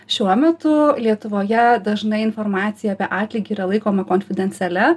šiuo metu lietuvoje dažnai informacija apie atlygį yra laikoma konfidencialia